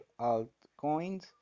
altcoins